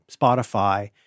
Spotify